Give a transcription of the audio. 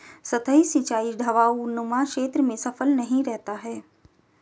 सतही सिंचाई ढवाऊनुमा क्षेत्र में सफल नहीं रहता है